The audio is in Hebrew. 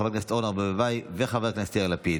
של חברת הכנסת אורנה ברביבאי וחבר הכנסת יאיר לפיד.